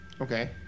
Okay